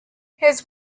his